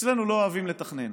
אצלנו לא אוהבים לתכנן,